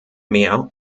mehr